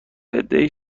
عدهای